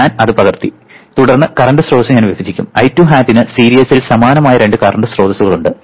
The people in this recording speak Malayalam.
ഞാൻ ഇത് പകർത്തി തുടർന്ന് കറന്റ് സ്രോതസ്സു ഞാൻ വിഭജിക്കും I2 hat ന് സീരിയസിൽ സമാനമായ രണ്ട് കറന്റ് സ്രോതസ്സുകളുണ്ട്